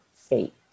state